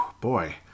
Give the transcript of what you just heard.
boy